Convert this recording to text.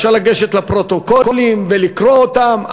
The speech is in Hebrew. אפשר לגשת לפרוטוקולים ולקרוא אותם,